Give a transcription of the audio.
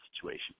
situation